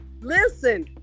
Listen